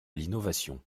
l’innovation